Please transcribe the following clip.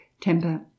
temper